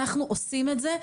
אנחנו עושים את זה.